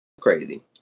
Crazy